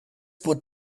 put